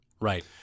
Right